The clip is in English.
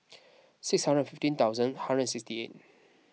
six hundred and fifteen thousand hundred and sixty eight